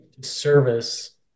service